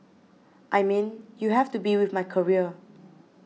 I mean you have to be with my career